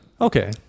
Okay